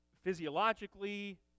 physiologically